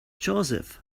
joseph